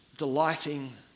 Delighting